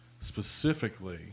specifically